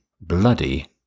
bloody